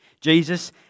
Jesus